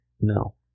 no